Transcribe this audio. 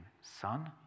Son